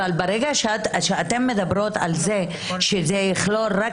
אבל ברגע שאתן מדברות על כך שזה יכלול רק